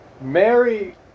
Mary